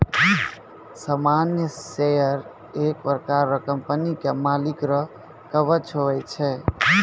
सामान्य शेयर एक प्रकार रो कंपनी के मालिक रो कवच हुवै छै